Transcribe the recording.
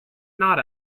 not